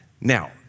Now